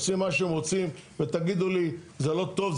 עושים מה שהם רוצים ותגידו לי 'זה לא טוב,